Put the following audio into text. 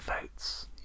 votes